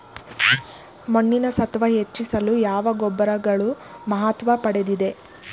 ಮಣ್ಣಿನ ಸತ್ವ ಹೆಚ್ಚಿಸಲು ಯಾವ ಗೊಬ್ಬರಗಳು ಮಹತ್ವ ಪಡೆದಿವೆ?